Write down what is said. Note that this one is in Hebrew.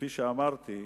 כפי שאמרתי,